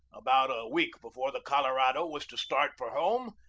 about a week before the colorado was to start for home,